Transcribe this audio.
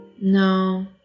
No